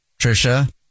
Trisha